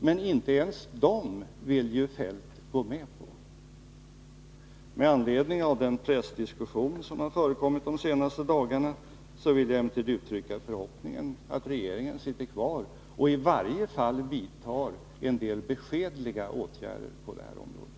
Men inte ens dem vill ju Kjell-Olof Feldt gå med på. Med anledning av den pressdiskussion som har förekommit de senaste dagarna vill jag emellertid uttrycka förhoppningen att regeringen sitter kvar och i varje fall vidtar en del beskedliga åtgärder på det här området.